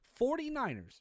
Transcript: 49ers